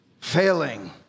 failing